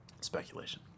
Speculation